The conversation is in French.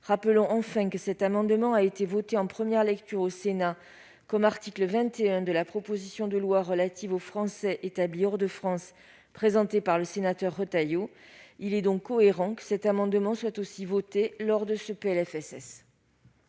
Rappelons enfin que cet amendement a été voté en première lecture au Sénat comme article 21 de la proposition de loi relative aux Français établis hors de France présentée par le sénateur Retailleau. Il est donc cohérent que cet amendement soit aussi voté dans le cadre de ce PLFSS.